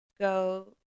go